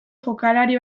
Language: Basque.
jokalari